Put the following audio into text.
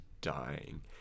dying